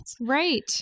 Right